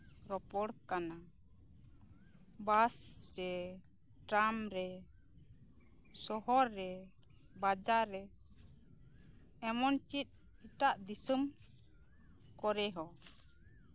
ᱨᱚᱲᱼᱨᱚᱯᱚᱲ ᱠᱟᱱᱟ ᱵᱟᱥᱨᱮ ᱴᱨᱟᱢ ᱨᱮ ᱥᱚᱦᱚᱨ ᱨᱮ ᱵᱟᱡᱟᱨ ᱨᱮ ᱮᱢᱚᱱ ᱪᱮᱫ ᱮᱴᱟᱜ ᱫᱤᱥᱚᱢ ᱠᱚᱨᱮ ᱦᱚᱸ